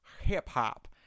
hip-hop